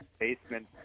basement